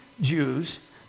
Jews